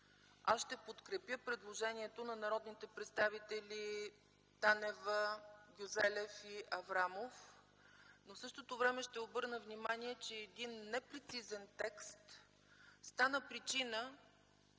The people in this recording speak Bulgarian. аз ще подкрепя предложението на народните представители Танева, Гюзелев и Аврамов. В същото време ще обърна внимание, че един непрецизен текст стана причина